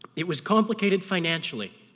it was complicated financially.